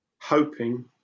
hoping